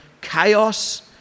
chaos